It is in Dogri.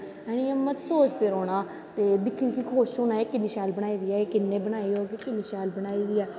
हैनी ते में सोचदे रौह्नां ते दिक्खी दिक्खी खुश होनां एह् कुन्नें बनाई होग किन्नी शैल बनाई दी ऐ